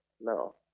No